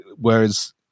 whereas